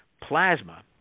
plasma